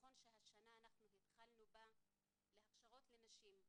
השנה אנחנו התחלנו בה בהכשרות לנשים,